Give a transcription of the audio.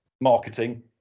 Marketing